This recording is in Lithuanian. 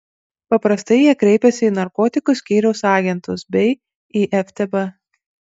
paprastai jie kreipiasi į narkotikų skyriaus agentus bei į ftb